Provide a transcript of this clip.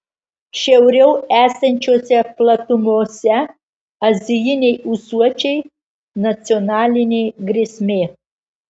šiauriau esančiose platumose azijiniai ūsuočiai nacionalinė grėsmė